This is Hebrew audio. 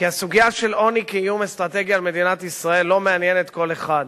כי הסוגיה של עוני כאיום אסטרטגי על מדינת ישראל לא מעניינת כל אחד.